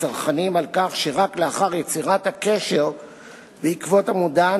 מצרכנים על כך שרק לאחר יצירת הקשר בעקבות המודעה